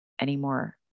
anymore